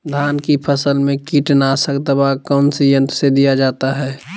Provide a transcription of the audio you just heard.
धान की फसल में कीटनाशक दवा कौन सी यंत्र से दिया जाता है?